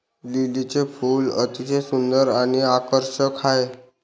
लिलीचे फूल अतिशय सुंदर आणि आकर्षक आहे